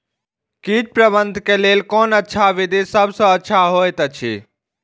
कीट प्रबंधन के लेल कोन अच्छा विधि सबसँ अच्छा होयत अछि?